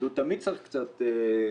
שתמיד תהיה מעט התנגדות.